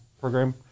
program